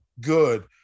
good